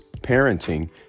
parenting